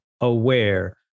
aware